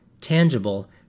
tangible